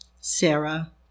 Sarah